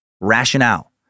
rationale